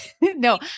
no